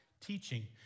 teaching